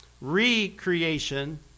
Recreation